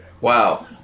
Wow